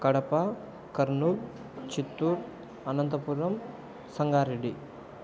Kadapa Kurnool Chittoor Anantapuram Sangareddy